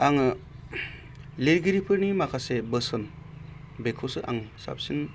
आङो लिरगिरिफोरनि माखासे बोसोन बेखौसो आं साबसिन